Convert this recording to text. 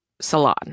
salon